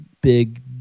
big